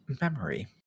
memory